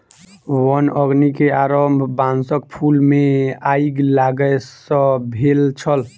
वन अग्नि के आरम्भ बांसक फूल मे आइग लागय सॅ भेल छल